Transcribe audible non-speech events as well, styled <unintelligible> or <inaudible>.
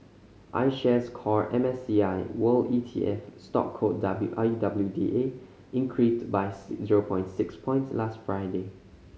I Shares Core M S C I World E T F stock code W I W D A increased by <unintelligible> zero point six points last Friday